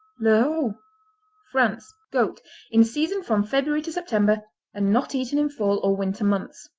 lerroux france goat in season from february to september and not eaten in fall or winter months.